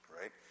Right